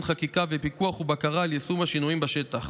חקיקה ופיקוח ובקרה על יישום השינויים בשטח,